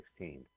2016